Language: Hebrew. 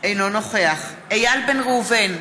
אינו נוכח איל בן ראובן,